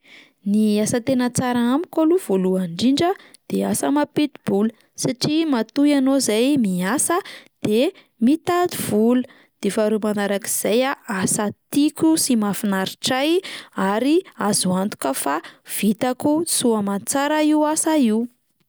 Ny asa tena tsara amiko aloha voalohany indrindra de asa mampidi-bola satria matoa ianao zay miasa de mitady vola, de faharoa manarak'izay a asa tiako sy mahafinaritra ahy ary azo antoka fa vitako soamantsara io asa io.